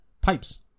Pipes